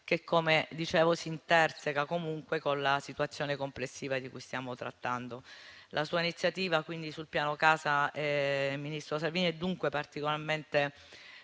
che - come dicevo - si interseca con la situazione complessiva di cui stiamo trattando. La sua iniziativa sul piano casa, ministro Salvini, è dunque particolarmente